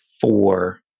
four